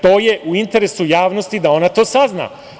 To je u interesu javnosti da ona to sazna.